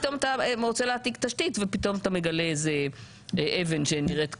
פתאום אתה רוצה להעתיק תשתית ומגלה איזו אבן שנראית כחשודה,